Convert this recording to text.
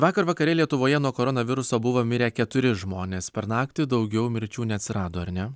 vakar vakare lietuvoje nuo koronaviruso buvo mirę keturi žmonės per naktį daugiau mirčių neatsirado ar ne